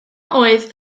oedd